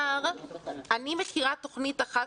אני מכירה תוכנית אחת